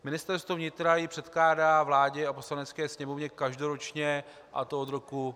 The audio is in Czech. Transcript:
Ministerstvo vnitra ji předkládá vládě a Poslanecké sněmovně každoročně, a to od roku 1993.